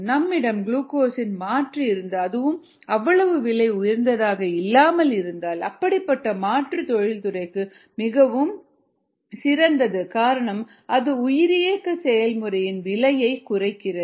நம்மிடம் குளுக்கோஸின் மாற்று இருந்து அதுவும் அவ்வளவு விலை உயர்ந்ததாக இல்லாமல் இருந்தால் அப்படிப்பட்ட மாற்று தொழில்துறைக்கு மிகவும் சிறந்தது காரணம் அது உயிரியக்க செயல்முறையின் விலையை குறைக்கிறது